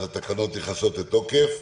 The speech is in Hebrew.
אז התקנות נכנסות לתוקף.